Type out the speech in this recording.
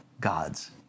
God's